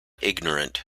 ignorant